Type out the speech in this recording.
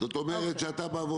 מה שאתה אומר עכשיו,